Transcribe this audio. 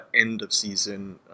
end-of-season